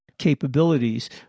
capabilities